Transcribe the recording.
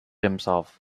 himself